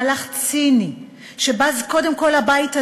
מהלך ציני, שבז קודם כול לבית הזה,